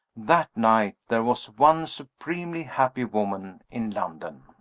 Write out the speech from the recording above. that night there was one supremely happy woman in london.